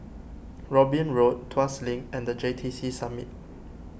Robin Road Tuas Link and the J T C Summit